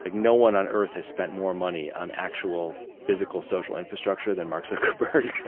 like no one on earth has spent more money on actual physical social infrastructure than mark zuckerberg.